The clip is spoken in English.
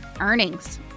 earnings